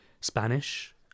spanish